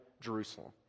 Jerusalem